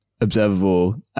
observable